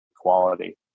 equality